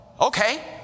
Okay